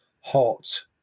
hot